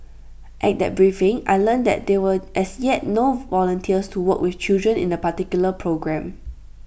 at that briefing I learnt that there were as yet no volunteers to work with children in A particular programme